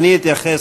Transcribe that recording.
אתייחס,